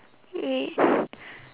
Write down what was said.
wait